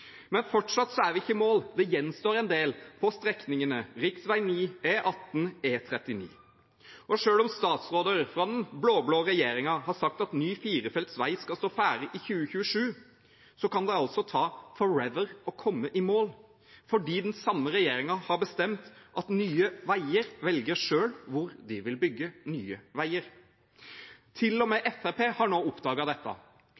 Men fortsatt er vi ikke i mål. Det gjenstår en del på strekningene rv. 9, E18 og E39. Og selv om statsråder fra den blå-blå regjeringen har sagt at ny firefelts vei skal stå ferdig i 2027, kan det altså ta «forever» å komme i mål, for den samme regjeringen har bestemt at Nye Veier selv velger hvor de vil bygge nye veier. Til og med Fremskrittspartiet har nå oppdaget dette.